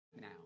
now